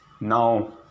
now